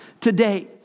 today